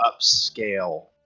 upscale